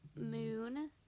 moon